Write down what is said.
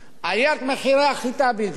עליית מחירי החיטה הבלתי-צפויה,